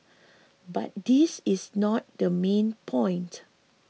but this is not the main point